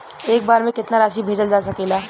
एक बार में केतना राशि भेजल जा सकेला?